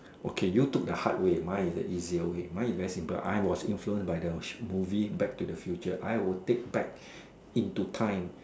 okay you took the hard way mine is the easier way mine is very simple I was influenced by the movie back to the future I would take back into time